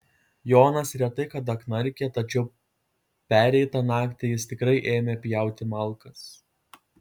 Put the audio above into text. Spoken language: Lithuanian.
jonas retai kada knarkia tačiau pereitą naktį jis tikrai ėmė pjauti malkas